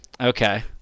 okay